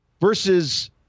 versus